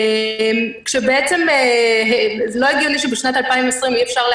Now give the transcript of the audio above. זה לא הגיוני שבשנת 2020 אי-אפשר יהיה